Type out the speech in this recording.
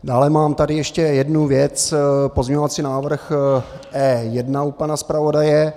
Dále mám tady ještě jednu věc, pozměňovací návrh E1 u pana zpravodaje.